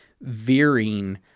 veering